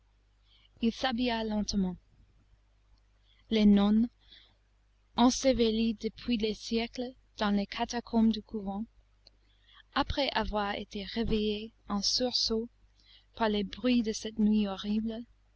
lentement les nonnes ensevelies depuis des siècles dans les catacombes du couvent après avoir été réveillées en sursaut par les bruits de cette nuit horrible